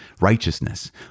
righteousness